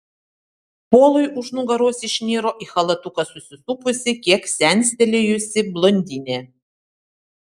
polui už nugaros išniro į chalatuką susisupusi kiek senstelėjusi blondinė